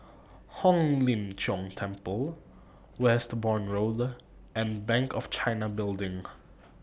Hong Lim Jiong Temple Westbourne Road and Bank of China Building